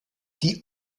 die